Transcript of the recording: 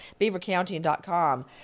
beavercounty.com